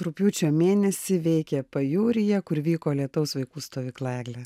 rugpjūčio mėnesį veikė pajūryje kur vyko lietaus vaikų stovykla egle